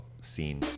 scene